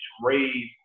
raise